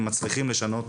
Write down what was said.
הם מצליחים לשנות,